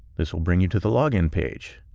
this will bring you to the log in page.